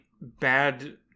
Bad